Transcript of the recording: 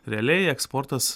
realiai eksportas